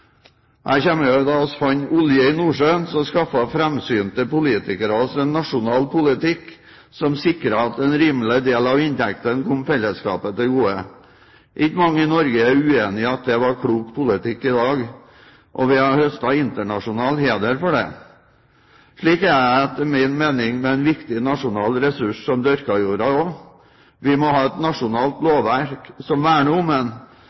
Jeg husker at da vi fant oljen i Nordsjøen, skaffet framsynte politikere oss en nasjonal politikk som sikret at en rimelig del av inntektene kom fellesskapet til gode. Ikke mange i Norge i dag er uenig i at det var klok politikk, og vi har høstet internasjonal heder for det. Slik er det etter min mening med en viktig nasjonal ressurs som dyrkajorda også. Vi må ha et nasjonalt lovverk som verner om den, samtidig som det bør og skal være en